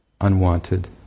unwanted